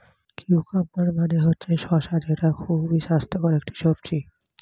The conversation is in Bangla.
কিউকাম্বার মানে হচ্ছে শসা যেটা খুবই স্বাস্থ্যকর একটি সবজি